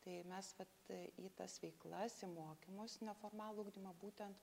tai mes vat į tas veiklas į mokymus neformalų ugdymą būtent